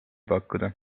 pakkuda